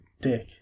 dick